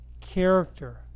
character